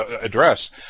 address